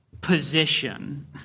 position